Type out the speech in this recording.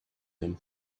him